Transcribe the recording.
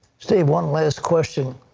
steve, one last question.